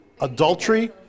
Adultery